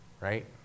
right